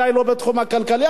בוודאי לא בתחום הכלכלי.